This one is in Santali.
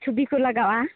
ᱪᱷᱚᱵᱤ ᱠᱚ ᱞᱟᱜᱟᱜᱼᱟ